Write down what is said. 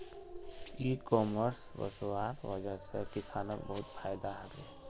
e commerce वस्वार वजह से किसानक बहुत फायदा हबे